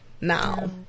now